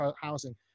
housing